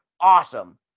awesome